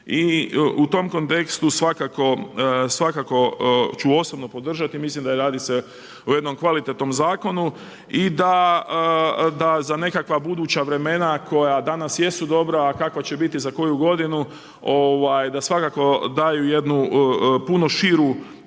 i u tom kontekstu svakako ću osobno podržati. Mislim da radi se o jednom kvalitetnom zakonu i da za nekakva buduća vremena koja danas jesu dobra, a kakva će biti za koju godinu, da svakako daju jednu puno širu